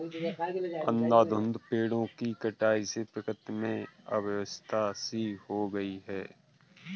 अंधाधुंध पेड़ों की कटाई से प्रकृति में अव्यवस्था सी हो गई है